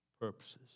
purposes